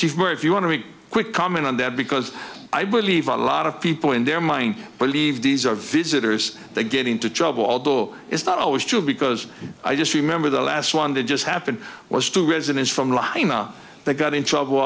and if you want to make a quick comment on that because i believe a lot of people in their mind believe these are visitors they get into trouble although it's not always true because i just remember the last one that just happened was to residents from lima they got in trouble